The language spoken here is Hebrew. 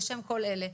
על שם כל אלה,